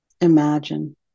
Imagine